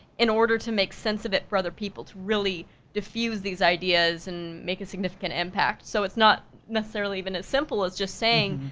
in order to make sense of it for other people to really defuse these ideas and make a significant impact, so it's not necessarily been that simple as just saying,